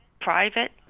private